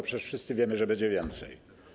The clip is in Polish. Przecież wszyscy wiemy, że będzie wyższa.